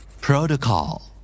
Protocol